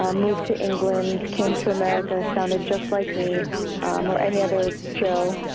um moved to england, came to america, sounded just like me um or any other joe.